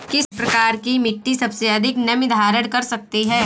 किस प्रकार की मिट्टी सबसे अधिक नमी धारण कर सकती है?